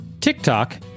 TikTok